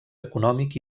econòmic